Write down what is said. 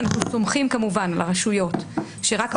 ואנחנו סומכים כמובן על הרשויות שרק המקרים המתאימים